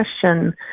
question